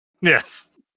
Yes